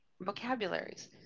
vocabularies